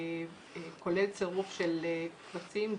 כולל צירוף של קבצים,